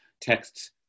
texts